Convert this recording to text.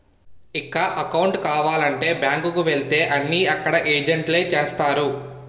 ఇక అకౌంటు కావాలంటే బ్యాంకు కు వెళితే అన్నీ అక్కడ ఏజెంట్లే చేస్తారు